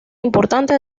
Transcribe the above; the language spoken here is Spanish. importante